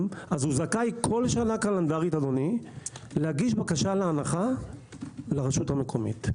הוא זכאי כל שנה קלנדרית להגיש בקשת הנחה לרשות המקומית.